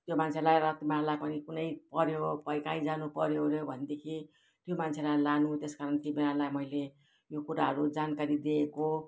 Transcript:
यो मान्छेलाई र तिमीहरूलाई पनि कुनै पर्यो कहीँ कहीँ जानुपर्यो ओऱ्यो भनेदेखि यो मान्छेलाई लानु त्यस कारण तिमीहरूलाई मैले यो कुराहरू जानकारी दिएको